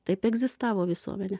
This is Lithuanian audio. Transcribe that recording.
taip egzistavo visuomenė